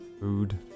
food